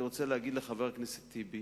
אני רוצה להגיד לחבר הכנסת טיבי,